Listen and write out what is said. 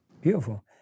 Beautiful